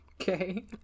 Okay